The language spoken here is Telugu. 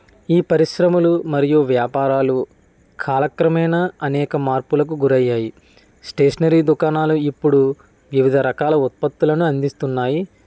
ఈ పరిశ్రమలు మరియు వ్యాపారాలు కాలక్రమేణ అనేక మార్పులకు గురయ్యాయి స్టేషనరీ దుకాణాలు ఇప్పుడు వివిధ రకాల ఉత్పత్తులను అందిస్తున్నాయి